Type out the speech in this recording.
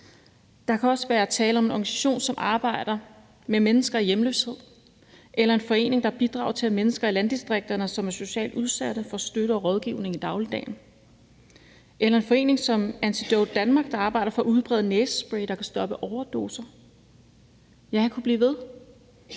Der kan også være tale om en organisation, som arbejder med mennesker i hjemløshed, eller en forening, der bidrager til, at mennesker i landdistrikterne, som er socialt udsatte, får støtte og rådgivning i dagligdagen. Eller det kan være en forening som Antidote Danmark, der arbejder for at udbrede næsespray, der kan stoppe overdoser. Ja, jeg kunne blive ved,